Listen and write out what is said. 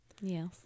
Yes